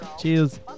Cheers